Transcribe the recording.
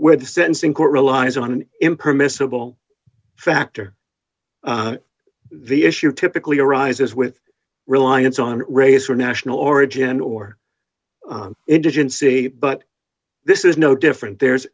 where the sentencing court relies on an impermissible factor the issue typically arises with reliance on race or national origin or indigency but this is no different there's